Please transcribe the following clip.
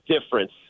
difference